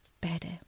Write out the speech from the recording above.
better